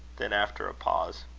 then after a pause